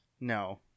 No